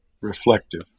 reflective